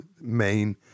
main